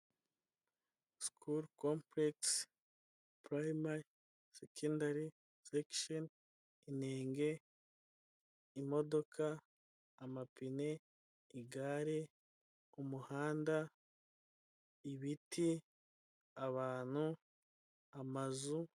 Sikulu compulegisi purayimari, sekendari, sekisheni, inenge, imodoka, amapine, igare, umuhanda, ibiti, abantu, amazu.